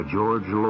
George